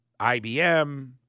IBM